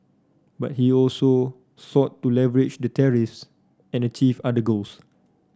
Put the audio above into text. but he also sought to leverage the tariffs and achieve other goals